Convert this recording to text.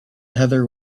heather